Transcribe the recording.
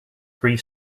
three